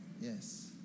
Yes